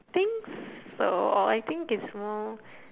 think so I think it's more